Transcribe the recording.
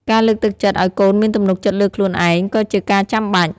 ការលើកទឹកចិត្តឱ្យកូនមានទំនុកចិត្តលើខ្លួនឯងក៏ជាការចាំបាច់។